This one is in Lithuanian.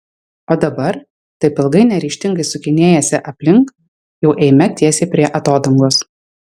o dabar taip ilgai neryžtingai sukinėjęsi aplink jau eime tiesiai prie atodangos